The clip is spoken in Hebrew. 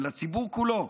ולציבור כולו,